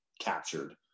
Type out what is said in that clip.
captured